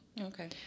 Okay